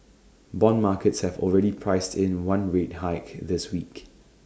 Bond markets have already priced in one rate hike in this week